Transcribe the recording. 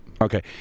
Okay